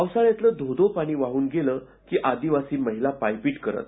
पावसाळ्यातलं धो धो पाणी वाहन गेलं की आदिवासी महिला पायपीट करत